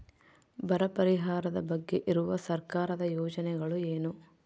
ಬರ ಪರಿಹಾರದ ಬಗ್ಗೆ ಇರುವ ಸರ್ಕಾರದ ಯೋಜನೆಗಳು ಏನು?